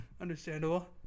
Understandable